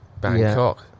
Bangkok